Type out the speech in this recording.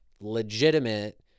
legitimate